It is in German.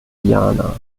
diana